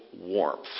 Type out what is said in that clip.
warmth